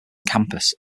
campus